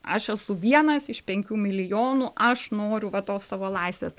aš esu vienas iš penkių milijonų aš noriu va tos savo laisvės